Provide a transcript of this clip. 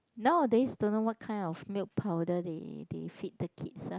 nowadays don't know what kind of milk powder they they feed the kids ah